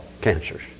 cancers